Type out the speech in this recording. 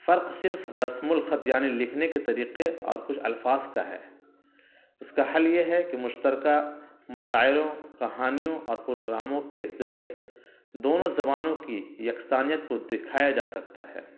فرق صرف رسم الخط یعنی لکھنے کے طریقے اور کچھ الفاظ کا ہے اس کا حل یہ ہے کہ مشترکہ مشاعروں کہانیوں اور پروگراموں کے ذریعے دونوں زبانوں کی یکسانیت کو دکھایا جا سکتا ہے